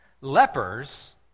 Lepers